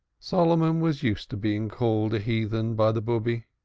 solomon was used to being called a heathen by the bube.